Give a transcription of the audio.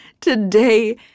Today